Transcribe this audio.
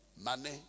Money